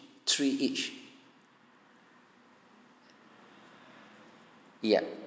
three each yup